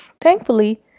Thankfully